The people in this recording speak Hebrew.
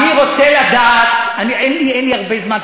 אני רוצה לדעת, אין לי הרבה זמן.